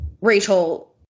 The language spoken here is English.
Rachel